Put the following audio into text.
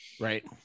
Right